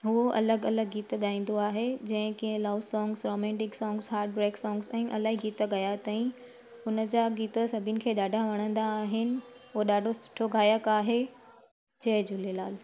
उहो अलॻि अलॻि गीत गाईंदो आहे जंहिं कीअं love songs romantic songs heartbreak songs ऐं इलाही गीत गाया अथई हुनजा गीत सभिनी खे ॾाढा वणंदा आहिनि हू ॾाढो सुठो गायक आहे जय झूलेलाल